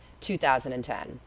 2010